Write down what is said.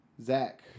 Zach